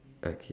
okay